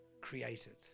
created